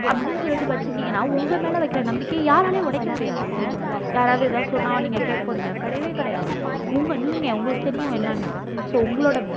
அப்படின்னு சொல்லிவிட்டு வெச்சிட்டீங்கன்னா உங்கள் மேலே வைக்கிற நம்பிக்கை யாராலேயும் உடைக்க முடியாதுங்க யாராவது ஏதாவது சொன்னால் நீங்கள் கேட்கப் போகிறீங்களா கிடையவே கிடையாது உங்கள் நீங்கள் உங்களுக்குத் தெரியும் என்னென்னு ஸோ உங்களோடய